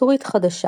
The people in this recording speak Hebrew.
סורית חדשה